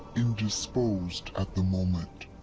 indisposed at the moment.